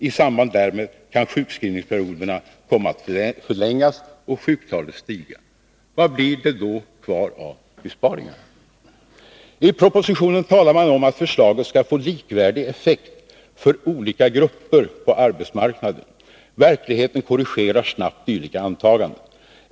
I samband därmed kan sjukskrivningsperioderna komma att förlängas och sjuktalet åter stiga. Vad blir det då kvar av besparingarna? I propositionen talar man om att förslaget skall få likvärdig effekt för olika grupper på arbetsmarknaden. Verkligheten korrigerar snabbt dylika antaganden.